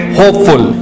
hopeful